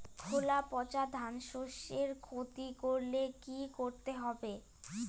খোলা পচা ধানশস্যের ক্ষতি করলে কি করতে হবে?